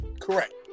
Correct